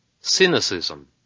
cynicism